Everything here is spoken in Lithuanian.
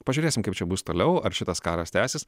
pažiūrėsim kaip čia bus toliau ar šitas karas tęsis